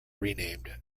renamed